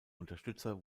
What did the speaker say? unterstützer